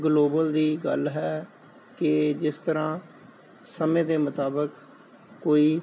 global ਦੀ ਗੱਲ ਹੈ ਕਿ ਜਿਸ ਤਰ੍ਹਾਂ ਸਮੇਂ ਦੇ ਮੁਤਾਬਿਕ ਕੋਈ